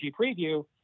preview